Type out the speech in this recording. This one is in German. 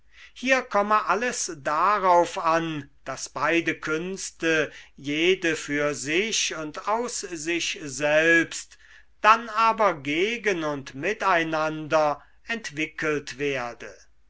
hier komme alles darauf an daß beide künste jede für sich und aus sich selbst dann aber gegen und miteinander entwickelt werden